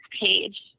page